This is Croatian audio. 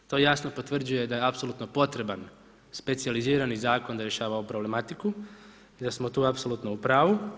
To jasno potvrđuje da je apsolutno potreban specijalizirani zakon da rješava ovu problematiku i da smo tu apsolutno u pravu.